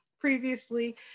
previously